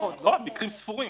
מקרים ספורים.